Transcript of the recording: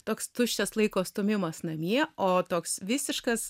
toks tuščias laiko stūmimas namie o toks visiškas